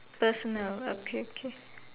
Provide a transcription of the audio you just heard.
personal okay okay